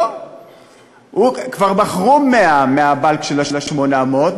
כבר מכרו 100 מהבנק של ה-800,